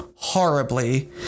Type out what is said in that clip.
horribly